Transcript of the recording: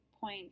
point